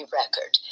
record